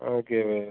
ஓகேங்க